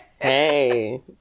Hey